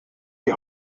die